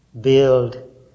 build